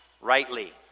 rightly